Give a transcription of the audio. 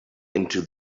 into